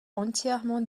entièrement